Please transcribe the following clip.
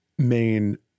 main